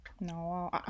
No